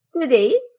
Today